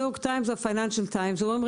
יורק טיימס ואת ה-פייננשל טיימס ואומרים,